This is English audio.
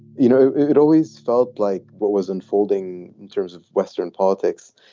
you know, it always felt like what was unfolding in terms of western politics.